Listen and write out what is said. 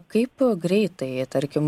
kaip greitai tarkim